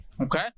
Okay